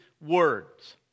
words